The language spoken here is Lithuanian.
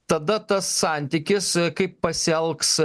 tada tas santykis e kaip pasielgs